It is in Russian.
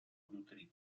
внутри